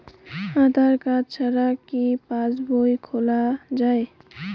আধার card ছাড়া কি পাসবই খোলা যায়?